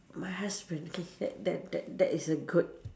my husband K that that that that is a good